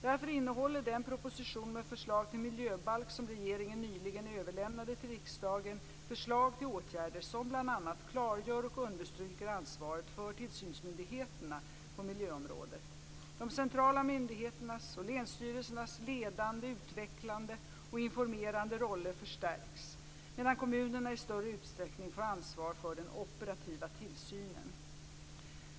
Därför innehåller den proposition med förslag till miljöbalk som regeringen nyligen överlämnade till riksdagen förslag till åtgärder som bl.a. klargör och understryker ansvaret för tillsynsmyndigheterna på miljöområdet. De centrala myndigheternas och länsstyrelsernas ledande, utvecklande och informerande roller förstärks, medan kommunerna i större utsträckning får ansvar för den operativa tillsynen.